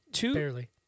Barely